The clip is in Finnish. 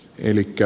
elikkä